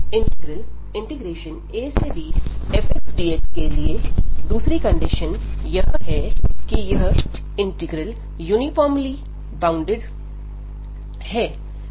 integral abfxdxके लिए दूसरी कंडीशन यह है कि यह इंटीग्रल यूनिफॉर्मली बाउंडेड है